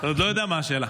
אתה עוד לא יודע מה השאלה.